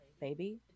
baby